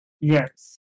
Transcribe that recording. Yes